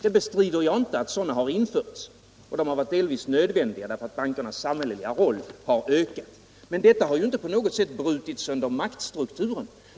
Jag bestrider inte att sådana har införts, och de har delvis varit nödvändiga eftersom bankernas samhälleliga roll har ökat. Men detta har inte på något sätt brutit sönder maktstrukturen.